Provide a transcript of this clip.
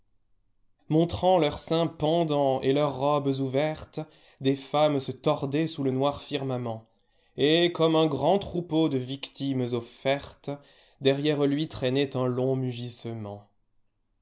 montrant leurs seins pendants et leurs robes ouvertes des femmes se tordaient sous le noir firmament et comme un grand troupeau de victimes offertes derrière lui traînaient un long mugissement